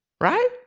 Right